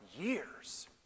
years